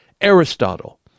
Aristotle